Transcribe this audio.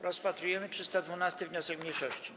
Rozpatrujemy 312. wniosek mniejszości.